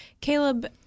Caleb